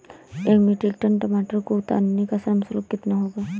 एक metric ton टमाटर को उतारने का श्रम शुल्क कितना होगा?